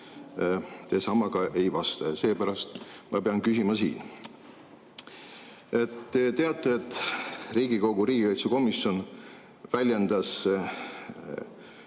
teie samaga ei vasta, ja seepärast ma pean küsima. Te teate, et Riigikogu riigikaitsekomisjon väljendas